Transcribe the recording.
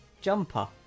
jumper